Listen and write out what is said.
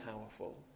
powerful